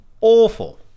awful